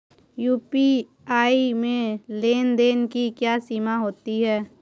UPI में लेन देन की क्या सीमा होती है?